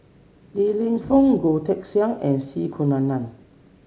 Li Lienfung Goh Teck Sian and C Kunalan